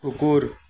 কুকুৰ